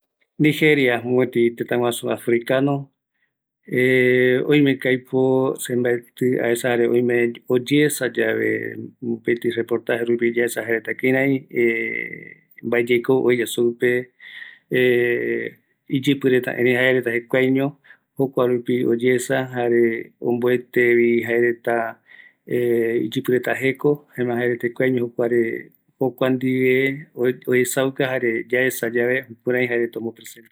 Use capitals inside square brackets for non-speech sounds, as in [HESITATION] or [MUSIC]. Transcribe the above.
Kua nigeria mopëtï tëtä guaju africano [HESITATION] oimeko aipo, mbatI aesa jare oime oyeesa tave, mopëti reportaje rupi yaesa jeta kirai [HESITATION] mbaeyekou oeya supe [HESITATION] iyïpïreta jaereta jekuaeño jokuarupi oyeesa jare omboetevi jaereta [HESITATION] iyïpïreta jeko, jaema jaereta jekuaeño jokuare, jokua ndie oesauka, jare taesa yave jukrai jaereta.